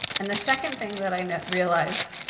and the second thing that i realized,